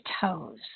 toes